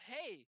Hey